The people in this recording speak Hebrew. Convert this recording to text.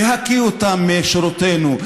להקיא אותם משורותינו,